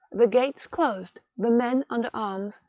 the gates closed, the men under arms,